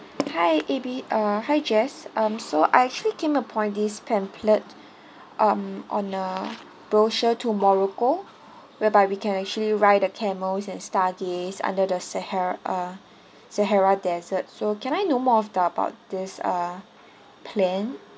hi A B C uh hi jess um so I actually came upon this pamphlet um on a brochure to morocco whereby we can actually ride a camels and star gaze under the saha~ uh sahara desert so can I know more of the about this uh plan